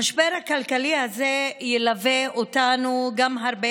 המשבר הכלכלי הזה ילווה אותנו גם הרבה